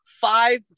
Five